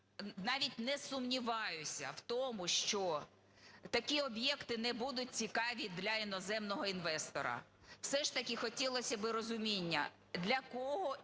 навіть не сумніваюся в тому, що такі об'єкти не будуть цікаві для іноземного інвестора. Все ж таки хотілося би розуміння, для кого і